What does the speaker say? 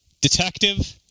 Detective